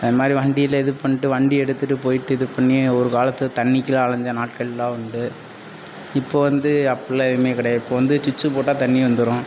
அது மாதிரி வண்டியில் இது பண்ணிட்டு வண்டியை எடுத்துகிட்டு போய்ட்டு இதுப்பண்ணி ஒரு காலத்தில் தண்ணிக்கெலாம் அலைஞ்ச நாட்களெலாம் உண்டு இப்போது வந்து அப்படிலாம் எதுவுமே கிடையாது இப்போது வந்து ஸ்விட்சு போட்டால் தண்ணி வந்துடும்